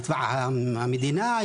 את המדינה?